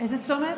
איזה צומת?